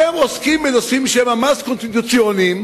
אתם עוסקים בנושאים שהם ממש קונסטיטוציוניים